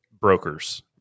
brokers